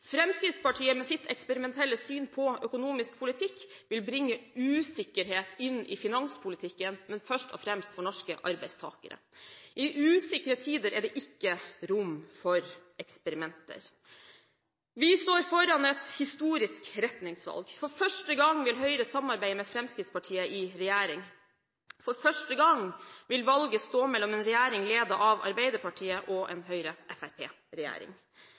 Fremskrittspartiet, med sitt eksperimentelle syn på økonomisk politikk, vil bringe usikkerhet inn i finanspolitikken, først og fremst for norske arbeidstakere. I usikre tider er det ikke rom for eksperimenter. Vi står foran et historisk retningsvalg. For første gang vil Høyre samarbeide med Fremskrittspartiet i regjering. For første gang vil valget stå mellom en regjering ledet av Arbeiderpartiet og en